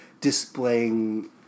displaying